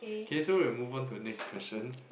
okay so we will move on to the next question